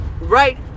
right